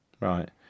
right